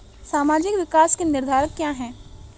सामाजिक विकास के निर्धारक क्या है?